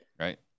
right